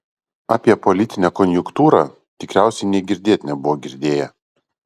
apie politinę konjunktūrą tikriausiai nė girdėt nebuvo girdėję